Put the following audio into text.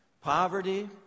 Poverty